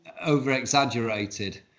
over-exaggerated